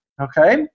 okay